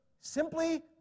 simply